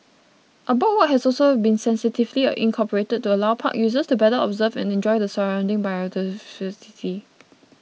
a boardwalk has also been sensitively incorporated to allow park users to better observe and enjoy the surrounding biodiversity